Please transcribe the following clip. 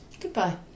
Goodbye